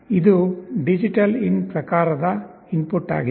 ಇದು ಡಿಜಿಟಲ್ಇನ್ ಪ್ರಕಾರದ ಇನ್ಪುಟ್ ಆಗಿದೆ